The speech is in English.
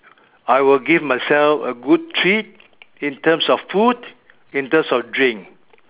I will give myself a good treat in terms of food in terms of drink